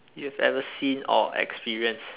you've ever seen or experience